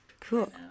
Cool